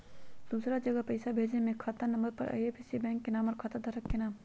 दूसरा जगह पईसा भेजे में खाता नं, आई.एफ.एस.सी, बैंक के नाम, और खाता धारक के नाम?